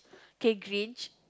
okay Grinch